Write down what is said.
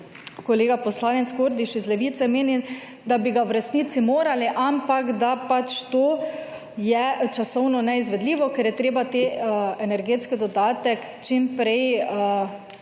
kolega poslanec Kordiš iz Levice meni, da bi ga v resnici morali, ampak da pač to je časovno neizvedljivo, ker je treba ta energetski dodatek čim prej